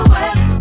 West